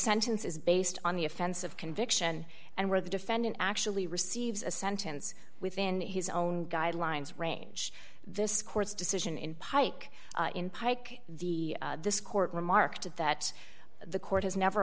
sentence is based on the offense of conviction and where the defendant actually receives a sentence within his own guidelines range this court's decision in pike in pike the this court remarked that the court has never